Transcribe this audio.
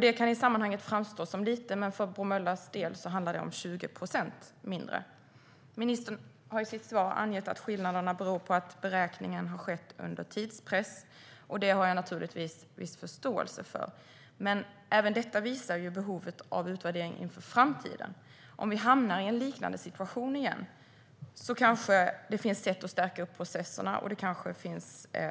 Det kan i sammanhanget framstå som lite, men för Bromöllas del handlar det om 20 procent mindre. Ministern har i sitt svar angett att skillnaderna beror på att beräkningen har skett under tidspress. Det har jag naturligtvis viss förståelse för. Men även detta visar behovet av utvärdering inför framtiden om vi hamnar i en liknande situation igen. Det kanske finns sätt att stärka processerna och